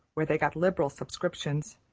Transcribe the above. where they got liberal subscriptions,